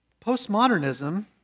Postmodernism